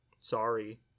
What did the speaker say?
sorry